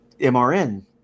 MRN